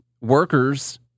workers